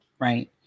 right